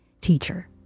Teacher